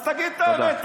אז תגיד את האמת.